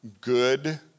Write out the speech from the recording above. good